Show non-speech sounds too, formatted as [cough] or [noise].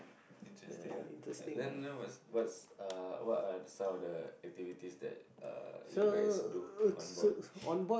interesting ah then what's what's uh what are some of the activities that uh you guys do on board [noise]